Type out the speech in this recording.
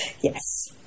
Yes